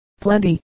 plenty